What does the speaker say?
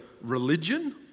religion